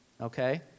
okay